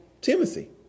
Timothy